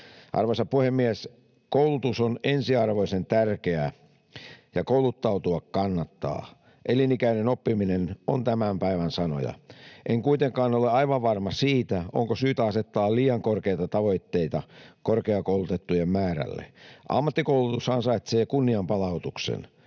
Arvoisa puhemies! Koulutus on ensiarvoisen tärkeää, ja kouluttautua kannattaa. Elin-ikäinen oppiminen on tämän päivän sanoja. En kuitenkaan ole aivan varma siitä, onko syytä asettaa liian korkeita tavoitteita korkeakoulutettujen määrälle. Ammattikoulutus ansaitsee kunnianpalautuksen.